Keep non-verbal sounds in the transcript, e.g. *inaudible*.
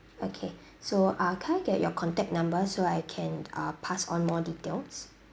okay *breath* so uh can I get your contact number so I can uh pass on more details